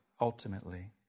ultimately